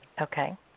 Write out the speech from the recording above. Okay